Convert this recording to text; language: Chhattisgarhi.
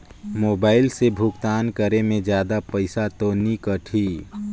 मोबाइल से भुगतान करे मे जादा पईसा तो नि कटही?